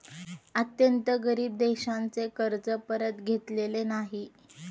अत्यंत गरीब देशांचे कर्ज परत घेतलेले नाही